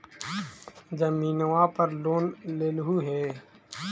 जमीनवा पर लोन लेलहु हे?